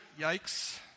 yikes